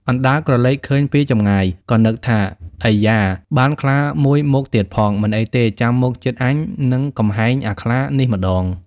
អណ្ដើកក្រឡេកឃើញពីចម្ងាយ ក៏នឹកថា "អៃយ៉ា! បានខ្លាមួយមកទៀតផង មិនអីទេ ចាំមកជិតអញនឹងកំហែងអាខ្លានេះម្តង"។